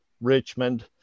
Richmond